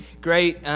great